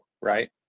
right